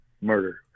murder